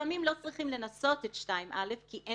לפעמים לא צריך לנסות את 2א כי אין